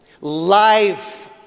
Life